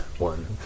One